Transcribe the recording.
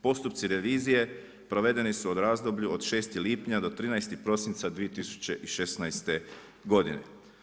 Postupci revizije provedeni su u razdoblju od 6. lipanja do 13. prosinca 2016. godine.